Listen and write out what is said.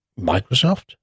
Microsoft